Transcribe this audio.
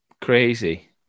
Crazy